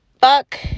fuck